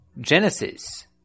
Genesis